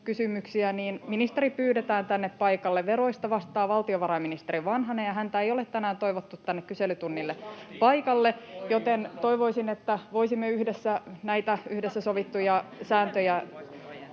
niin ministeri pyydetään tänne paikalle. Veroista vastaa valtiovarainministeri Vanhanen, ja häntä ei ole tänään toivottu tänne kyselytunnille paikalle, [Perussuomalaisten ryhmästä: Uusi taktiikka!